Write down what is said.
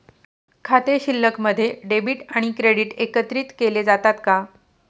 खाते शिल्लकमध्ये डेबिट आणि क्रेडिट एकत्रित केले जातात का?